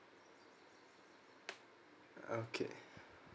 okay